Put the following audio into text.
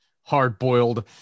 hard-boiled